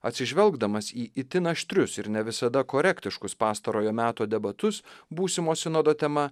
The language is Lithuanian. atsižvelgdamas į itin aštrius ir ne visada korektiškus pastarojo meto debatus būsimo sinodo tema